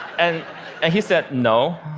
and and he said, no.